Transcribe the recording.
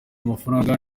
amafaranga